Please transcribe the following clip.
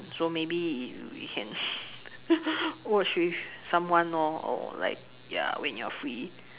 so maybe you can watch with someone lor or like ya when you are free